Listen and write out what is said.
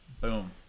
Boom